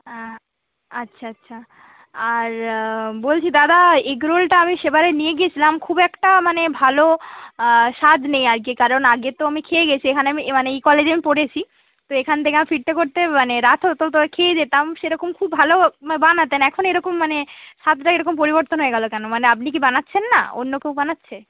হ্যাঁ আচ্ছা আচ্ছা আর বলছি দাদা এগরোলটা আমি সেবারে নিয়ে গিয়েছিলাম খুব একটা মানে ভালো স্বাদ নেই আর কি কারণ আগে তো আমি খেয়ে গেছি এখানে আমি মানে এই কলেজে আমি পড়েছি তো এখান থেকে আমার ফিরতে ফিরতে মানে রাত হতো তো খেয়ে যেতাম সেরকম খুব ভালো বানাতেন এখন এরকম মানে স্বাদটা এরকম পরিবর্তন হয়ে গেলো কেন মানে আপনি কি বানাচ্ছেন না অন্য কেউ বানাচ্ছে